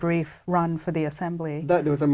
brief run for the assembly there was a